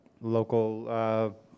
local